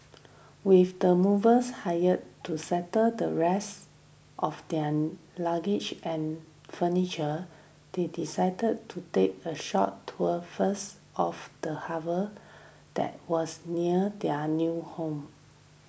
with the movers hired to settle the rest of their luggage and furniture they decided to take a short tour first of the harbour that was near their new home